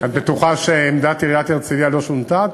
את בטוחה שעמדת עיריית הרצלייה לא שונתה?